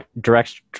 direct